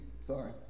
sorry